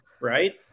right